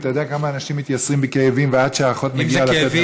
אתה יודע כמה אנשים מתייסרים בכאבים ועד שהאחות מגיעה לתת להם,